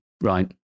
Right